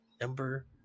number